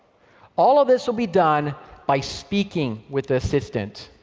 all of this will be done by speaking with the assistant.